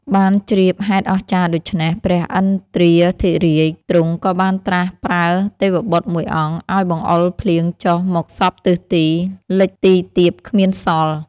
បានជ្រាបហេតុអស្ចារ្យដូច្នេះ ព្រះឥន្ទ្រាធិរាជទ្រង់ក៏បានត្រាស់ប្រើទេវបុត្រមួយអង្គ ឲ្យបង្អុរភ្លៀងចុះមកសព្វទិសទី លិចទីទាបគ្មានសល់។